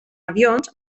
avions